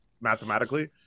mathematically